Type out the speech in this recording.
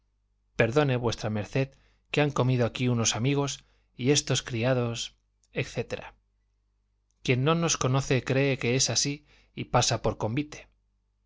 perdone v md que han comido aquí unos amigos y estos criados etc quien no nos conoce cree que es así y pasa por convite